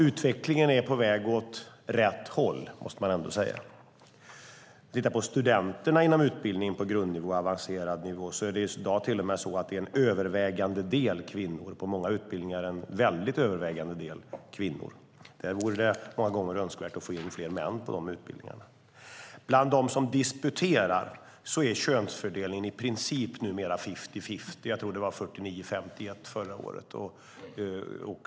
Utvecklingen är på väg åt rätt håll, måste man ändå säga. Studenterna inom utbildningen på grundnivå och avancerad nivå är till övervägande del kvinnor, och på många utbildningar är det till väldigt övervägande del kvinnor. På dessa utbildningar vore det många gånger önskvärt att få in fler män. Bland dem som disputerar är könsfördelningen numera i princip fifty-fifty. Jag tror att det var 49-51 förra året.